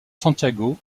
santiago